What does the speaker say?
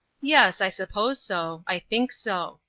yes i suppose so. i think so.